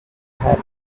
had